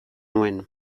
nuen